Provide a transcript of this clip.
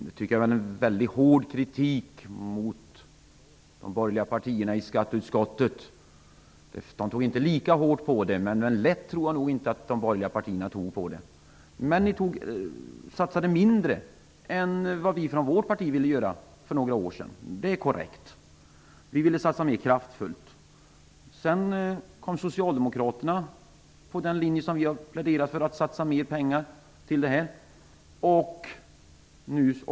Det tycker jag är att rikta väldigt hård kritik mot de borgerliga partierna i skatteutskottet, som nog inte tagit det här lika allvarligt. Men de har nog heller inte tagit lätt på detta. För några år sedan satsade ni ju mindre än vad vi i vårt parti ville göra -- det är korrekt. Vi ville alltså satsa mera kraftfullt. Senare anslöt sig Socialdemokraterna till den linje som vi har pläderat för, nämligen att mera pengar skall satsas i det här sammanhanget.